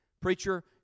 Preacher